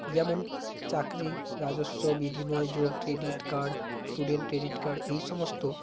যেমন চাকরি রাজস্ব বিনিময় যোগ credit card student credit card এই সমস্ত